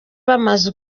bamaze